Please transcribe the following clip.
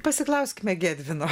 pasiklauskime gedvino